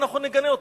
ואנחנו נגנה אותו,